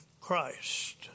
Christ